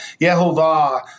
Yehovah